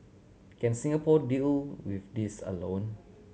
can Singapore deal with this alone